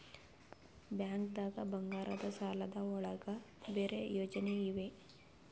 ಬ್ಯಾಂಕ್ದಾಗ ಬಂಗಾರದ್ ಸಾಲದ್ ಒಳಗ್ ಬೇರೆ ಯೋಜನೆ ಇವೆ?